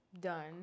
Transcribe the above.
done